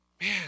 man